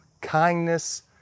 kindness